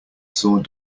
saw